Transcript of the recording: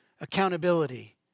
accountability